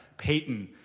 peyton.